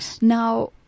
Now